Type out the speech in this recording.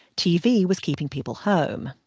tv was keeping people home.